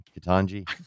Katanji